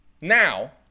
now